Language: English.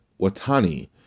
Watani